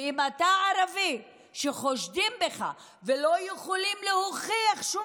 אם אתה ערבי וחושדים בך ולא יכולים להוכיח שום